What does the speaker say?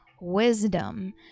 wisdom